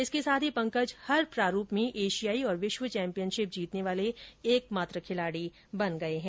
इसके साथ ही पंकज हर प्रारूप में एशियाई और विश्व चैंपियनशिप जीतने वाले एक मात्र खिलाड़ी बन गए हैं